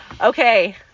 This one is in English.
okay